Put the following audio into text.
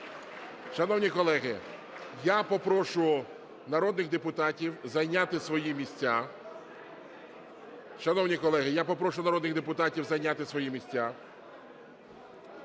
Шановні колеги, я попрошу народних депутатів зайняти свої місця.